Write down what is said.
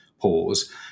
pause